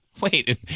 Wait